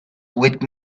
with